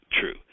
true